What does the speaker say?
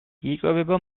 იკვებება